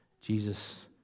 Jesus